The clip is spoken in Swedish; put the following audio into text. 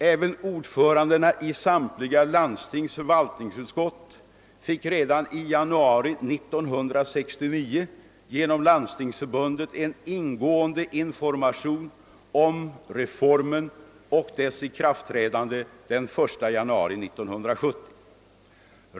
Även ordförandena i samtliga landstings förvaltningsutskott fick redan i januari 1969 genom Landstingsförbundet ingående information om reformen och dess ikraftträdande den 1 januari 1970.